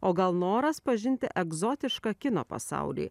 o gal noras pažinti egzotišką kino pasaulį